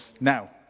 Now